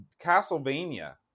Castlevania